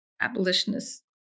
abolitionists